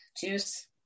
juice